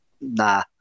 nah